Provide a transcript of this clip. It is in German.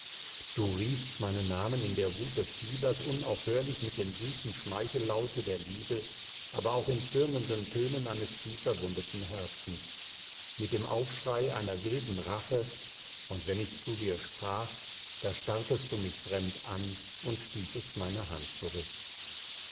du riefst meinen namen in der wut des fiebers unaufhörlich mit dem süßen schmeichellaute der liebe aber auch in zürnenden tönen eines tiefverwundeten herzens mit dem aufschrei einer wilden rache und wenn ich zu dir sprach da starrtest du mich fremd an und stießest meine hand zurück